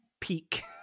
peak